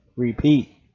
repeat